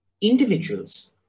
individuals